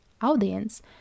audience